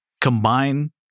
combine